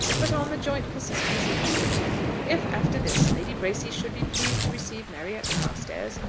but on the joint persistency of the two. if, after this, lady bracy should be pleased to receive mary at carstairs,